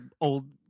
old